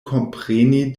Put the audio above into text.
kompreni